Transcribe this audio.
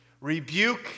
rebuke